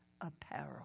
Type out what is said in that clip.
apparel